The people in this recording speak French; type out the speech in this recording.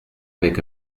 avec